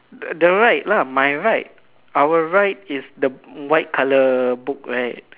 the the right lah my right our right is the white colour book right